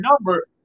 number